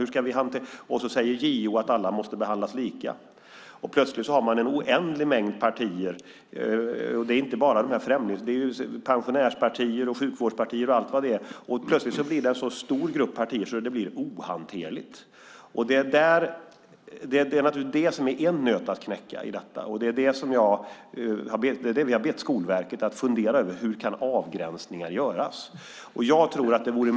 Hur ska man hantera det? JO säger att alla måste behandlas lika. Plötsligt har man en oändlig mängd partier. Det gäller inte bara de främlingsfientliga, utan även pensionärspartier, sjukvårdspartier och allt vad det är. Det blir en så stor grupp partier att det blir ohanterligt. Det är en nöt att knäcka, och det är detta vi har bett Skolverket att fundera över. Hur kan avgränsningar göras?